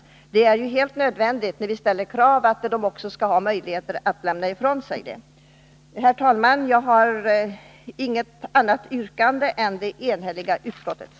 Då viställer krav på att fartygen skall lämna oljerester och oljeavfall i hamnarna, är det helt nödvändigt att de också har möjlighet att göra detta. Herr talman! Jag har inget annat yrkande än det enhälliga utskottets.